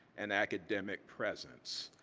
an academic presence.